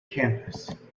campus